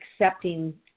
accepting